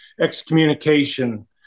excommunication